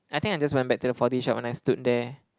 I think I just went back to the four D shop when I stood there